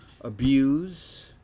abuse